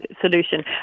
solution